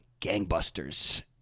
gangbusters